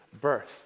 birth